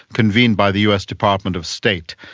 convened by the us department of state,